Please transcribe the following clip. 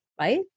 right